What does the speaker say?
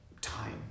time